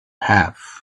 have